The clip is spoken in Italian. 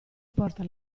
porta